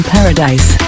Paradise